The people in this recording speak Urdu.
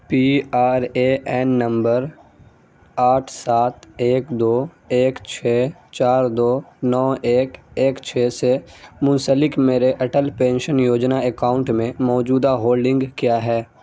P R A N number آٹھ سات ایک دو ایک چھ چار دو نو ایک ایک چھ سے منسلک میرے اٹل پینشن یوجنا اکاؤنٹ میں موجودہ ہولڈنگ کیا ہے